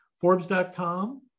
Forbes.com